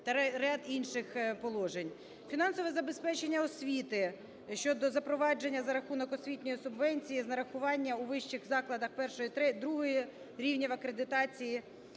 та ряд інших положень. Фінансове забезпечення освіти щодо запровадження за рахунок освітньої субвенції з нарахування у вищих закладах І-ІІ рівнів акредитації.